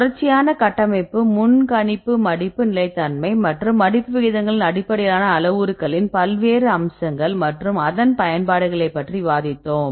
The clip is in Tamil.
தொடர்ச்சியான கட்டமைப்பு முன்கணிப்பு மடிப்பு நிலைத்தன்மை மற்றும் மடிப்பு விகிதங்கள் அடிப்படையிலான அளவுருக்களின் பல்வேறு அம்சங்கள் மற்றும் அதன் பயன்பாடுகளைப் பற்றி விவாதிப்போம்